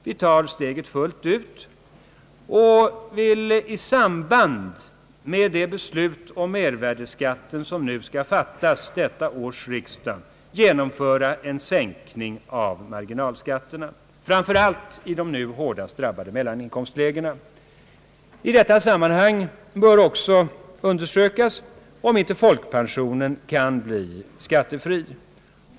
Vi tar steget fullt ut och vill i samband med det beslut om mervärdeskatten som skall fattas vid detta års riksdag genomföra en sänkning av marginalskatterna, framför allt i de nu hårdast drabbade mellaninkomstlägena. I detta sammanhang bör också undersökas, om inte folkpensionen kan bli skattefri.